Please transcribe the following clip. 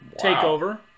TakeOver